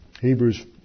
Hebrews